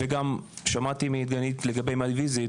שמעתי מדגנית לגבי My Visit.